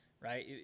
right